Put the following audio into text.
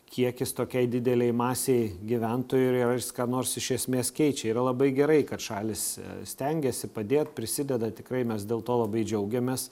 kiekis tokiai didelei masei gyventojų ir ar jis ką nors iš esmės keičia yra labai gerai kad šalys stengiasi padėt prisideda tikrai mes dėl to labai džiaugiamės